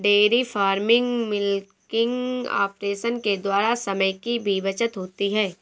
dairy farming milking operation के द्वारा समय की भी बचत होती है